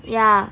ya